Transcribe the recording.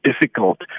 difficult